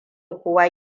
kowa